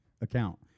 account